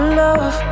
love